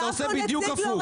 אתה עושה בדיוק הפוך.